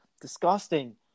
Disgusting